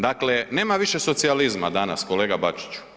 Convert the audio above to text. Dakle, nema više socijalizma danas kolega Bačiću.